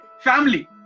Family